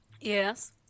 Yes